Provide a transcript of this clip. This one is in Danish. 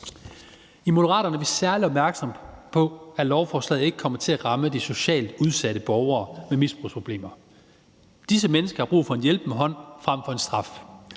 I Moderaterne er vi særlig opmærksomme på, at lovforslaget ikke kommer til at ramme de socialt udsatte borgere med misbrugsproblemer. Disse mennesker har brug for en hjælpende hånd frem for en straf.